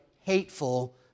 hateful